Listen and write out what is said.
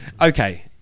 okay